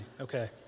Okay